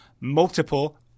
multiple